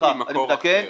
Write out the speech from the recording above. קיבלו את הכסף ממקור אחר.